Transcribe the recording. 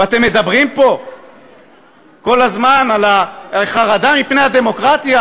ואתם מדברים פה כל הזמן על החרדה מפני הדמוקרטיה.